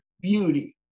beauty